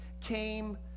came